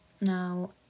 Now